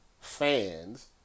fans